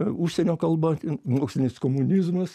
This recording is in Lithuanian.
užsienio kalba mokslinis komunizmas